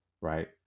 right